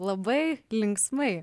labai linksmai